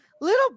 little